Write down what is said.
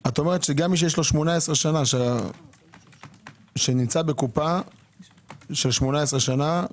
את אומרת שגם מי שיש לו 18 שנה שנמצא בקופה של 18 שנה,